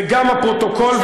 וגם הפרוטוקול,